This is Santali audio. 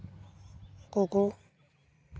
ᱩᱱᱠᱩ ᱠᱚ